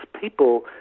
people